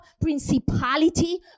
principality